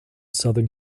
southern